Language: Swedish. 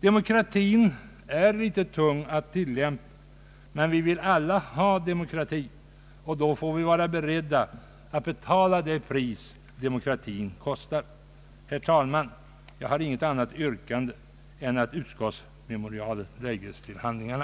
Demokratin är litet tung att tillämpa. Men vi vill alla ha demokrati, och då får vi vara beredda att betala det pris demokratin kostar. Herr talman! Jag har intet annat yrkande än att utskottsmemorialet lägges till handlingarna.